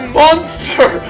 monster